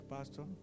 Pastor